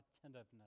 attentiveness